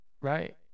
Right